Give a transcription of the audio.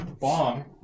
bomb